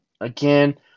again